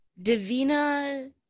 Davina